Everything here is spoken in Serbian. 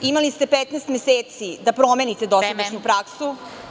Imali ste 15 meseci da promenite dosadašnju praksu.